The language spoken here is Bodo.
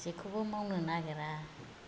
जेखौबो मावनो नागिरा